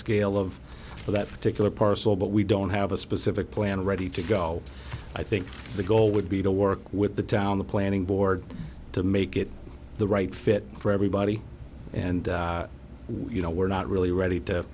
scale of for that particular parcel but we don't have a specific plan ready to go i think the goal would be to work with the town the planning board to make it the right fit for everybody and you know we're not really ready to